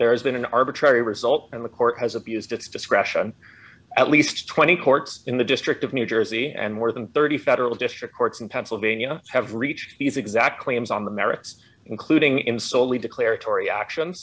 there has been an arbitrary result and the court has abused its discretion at least twenty courts in the district of new jersey and more than thirty federal district courts in pennsylvania have reached these exact claims on the merits including in solely declaratory action